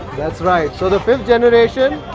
that's right. so the fifth generation.